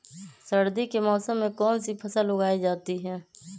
सर्दी के मौसम में कौन सी फसल उगाई जाती है?